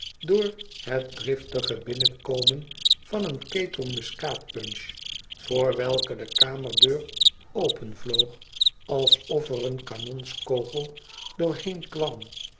door het driftige binnenkomen van een ketel mtiskaat punch voor welken de kamerdeur openvloog alsof er een kanonskogel doorheen kwam